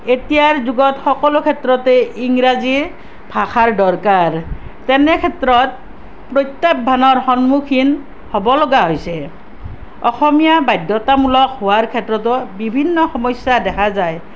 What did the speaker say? এতিয়াৰ যুগত সকলো ক্ষেত্ৰতেই ইংৰাজী ভাষাৰ দৰকাৰ তেনে ক্ষেত্ৰত প্ৰত্য়াহ্বানৰ সন্মুখীন হ'ব লগা হৈছে অসমীয়া বাধ্য়তামূলক হোৱাৰ ক্ষেত্ৰতো বিভিন্ন সমস্যা দেখা যায়